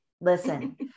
Listen